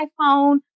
iPhone